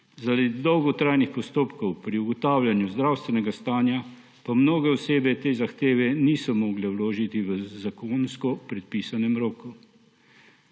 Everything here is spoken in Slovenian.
Zaradi dolgotrajnih postopkov pri ugotavljanju zdravstvenega stanja pa mnoge osebe te zahteve niso mogle vložiti v zakonsko predpisanem roku.